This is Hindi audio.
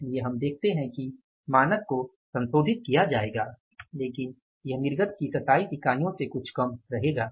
इसलिए हम देखते है कि मानक को संशोधित किया जाएगा लेकिन यह निर्गत की 27 इकाइयों से कुछ कम रहेगा